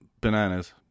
bananas